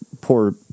poor